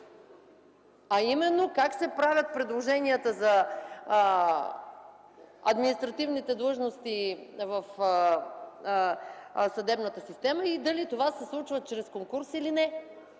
а именно: как се правят предложенията за административните длъжности в съдебната система и дали това се случва чрез конкурс или не.